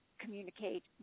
communicate